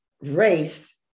race